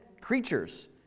creatures